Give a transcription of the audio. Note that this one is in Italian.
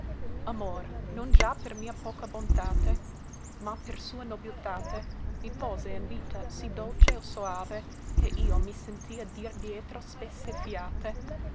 amor non già per mia poca bontate ma per sua nobiltate mi pose in vita sì dolce e soave ch'io mi sentia dir dietro spesse fiate